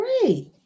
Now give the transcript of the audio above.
great